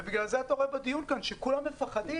ובגלל זה אתה רואה דיון כאן שכולם מפחדים,